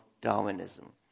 Darwinism